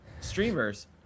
streamers